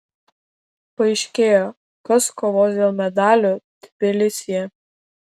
paaiškėjo kas kovos dėl medalių tbilisyje